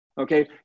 Okay